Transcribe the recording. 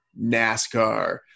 NASCAR